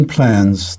Plans